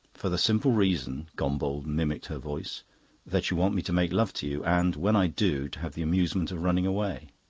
for the simple reason gombauld mimicked her voice that you want me to make love to you and, when i do, to have the amusement of running away.